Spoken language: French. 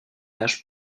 âge